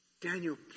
Daniel